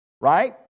right